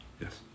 Yes